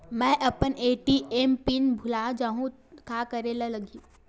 मैं अपन ATM PIN भुला जहु का करे ला लगही?